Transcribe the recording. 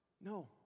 No